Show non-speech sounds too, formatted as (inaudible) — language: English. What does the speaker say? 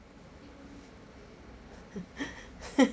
(laughs)